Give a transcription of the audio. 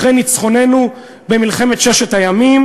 אחרי ניצחוננו במלחמת ששת הימים,